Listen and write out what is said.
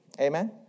Amen